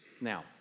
Now